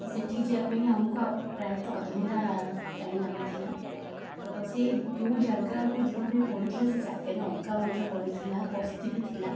ତ ସେଠିକି ଯିବାପାଇଁ ଆମକୁ ଆଉ ପ୍ରାୟତଃ ଅଧଘଣ୍ଟା ଟାଇମ୍ ଲାଗୁଥିଲା ତ ସେଇ ଯେଉଁ ଜାଗାକୁ ଯିବାପାଇଁ ପଡ଼ିଥିଲା ସେ ଜାଗାରେ ଅଙ୍କାବଙ୍କା ଗଳି ଥିଲା ବସ୍ତି ବି ଥିଲା